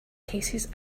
cases